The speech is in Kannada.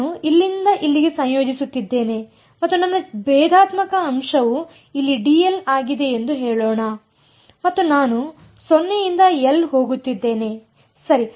ನಾನು ಇಲ್ಲಿಂದ ಇಲ್ಲಿಗೆ ಸಂಯೋಜಿಸುತ್ತಿದ್ದೇನೆ ಮತ್ತು ನನ್ನ ಭೇದಾತ್ಮಕ ಅಂಶವು ಇಲ್ಲಿ ಡಿಎಲ್ ಆಗಿದೆ ಎಂದು ಹೇಳೋಣ ಮತ್ತು ನಾನು 0 ರಿಂದ ಎಲ್ ಹೋಗುತ್ತಿದ್ದೇನೆ ಸರಿ